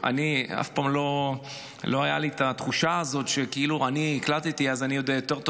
שאף פעם לא הייתה לי התחושה הזאת שאני הקלדתי אז אני יודע יותר טוב.